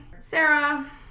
Sarah